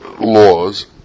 laws